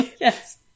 yes